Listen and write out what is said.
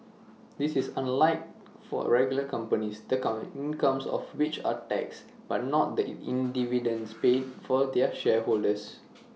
this is unlike for regular companies the come incomes of which are taxed but not the dividends paid for their shareholders